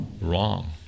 wrong